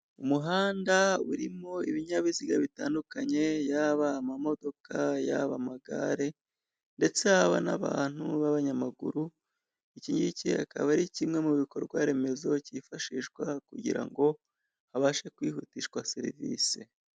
Umuhanda urimo ibinyabiziga bitandukanye yaba amamodoka, yaba amagare ndetse haba n'abantu b'abanyamaguru, ikigiki akaba ari kimwe mu bikorwa remezo cyifashishwa kugira ngo habashe kwihutishwa serivise.